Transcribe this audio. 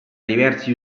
diversi